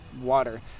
water